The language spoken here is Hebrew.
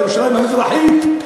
בירושלים המזרחית.